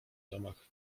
domach